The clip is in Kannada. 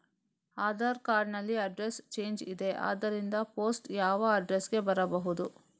ಆಧಾರ್ ಕಾರ್ಡ್ ನಲ್ಲಿ ಅಡ್ರೆಸ್ ಚೇಂಜ್ ಇದೆ ಆದ್ದರಿಂದ ಪೋಸ್ಟ್ ಯಾವ ಅಡ್ರೆಸ್ ಗೆ ಬರಬಹುದು?